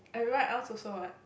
everyone else also what